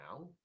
now